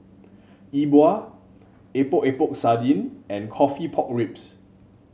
E Bua Epok Epok Sardin and coffee Pork Ribs